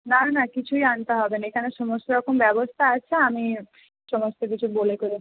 না না কিছুই আনতে হবে না এখানে সমস্ত রকম ব্যবস্থা আছে আমি সমস্ত কিছু বলে করে